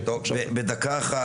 בדקה אחת,